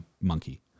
monkey